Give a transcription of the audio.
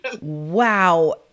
Wow